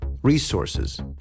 resources